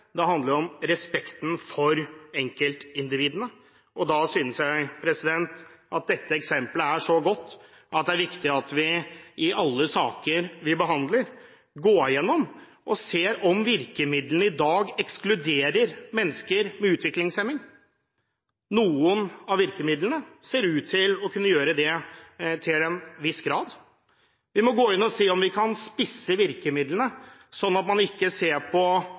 Det handler om respekten for enkeltindividene. Jeg synes dette eksempelet er så godt at det er viktig at vi i alle saker vi behandler, går gjennom og ser om virkemidlene i dag ekskluderer mennesker med utviklingshemning. Noen av virkemidlene ser ut til å kunne gjøre det til en viss grad. Vi må gå inn og se om vi kan spisse virkemidlene sånn at man ikke